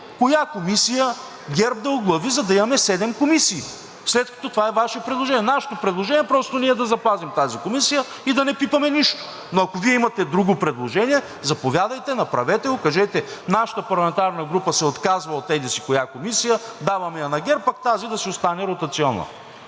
коя комисия ГЕРБ да оглави, за да имаме седем комисии, след като това е Вашето предложение. Нашето предложение е просто: ние да запазим тази комисия и да не пипаме нищо, но ако Вие имате друго предложение, заповядайте, направете го, кажете: „Нашата парламентарна група се отказва от еди-коя си комисия, даваме я на ГЕРБ, пък тази да си остане ротационна.“